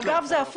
אגב, זה הפוך.